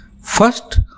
first